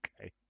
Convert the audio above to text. Okay